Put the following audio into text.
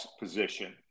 position